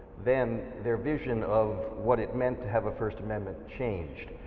then their vision of what it meant to have a first amendment changed.